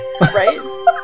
Right